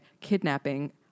kidnapping